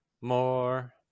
more